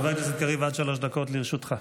חבר הכנסת קריב, עד שלוש דקות לרשותך.